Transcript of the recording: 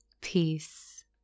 peace